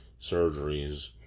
surgeries